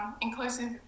inclusive